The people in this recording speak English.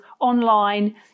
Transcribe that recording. online